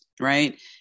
right